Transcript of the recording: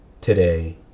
Today